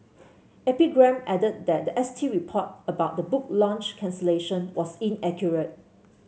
epigram added that the S T report about the book launch cancellation was inaccurate